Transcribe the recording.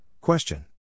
Question